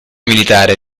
militare